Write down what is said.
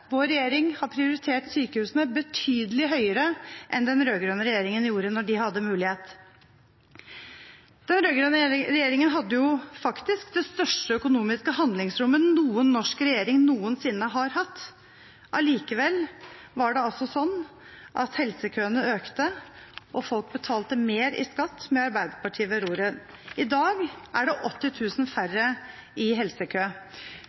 Vår regjering har prioritert sykehusene betydelig høyere enn den rød-grønne regjeringen gjorde da de hadde muligheten. Den rød-grønne regjeringen hadde faktisk det største økonomiske handlingsrommet noen norsk regjering noensinne har hatt. Allikevel var det altså sånn at helsekøene økte og folk betalte mer i skatt med Arbeiderpartiet ved roret. I dag er det 80 000 færre i helsekø.